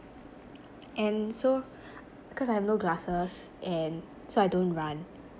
and so cause I have no glasses and so I don't run